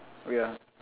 oh ya